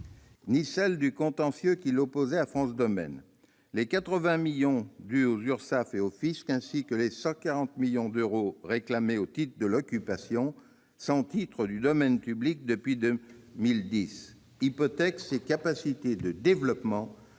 ni celle du contentieux qui l'opposait à France Domaine. Les 80 millions d'euros dus aux URSSAF et au fisc, ainsi que les 140 millions d'euros réclamés au titre de l'occupation sans titre du domaine public depuis 2010 hypothèquent ses capacités de développement